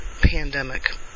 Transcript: pandemic